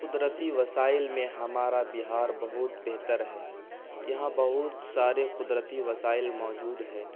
قدرتی وسائل میں ہمارا بہار بہت بہتر ہے یہاں بہت سارے قدرتی وسائل موجود ہیں